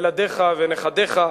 ילדיך ונכדיך,